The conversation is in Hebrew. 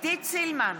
עידית סילמן,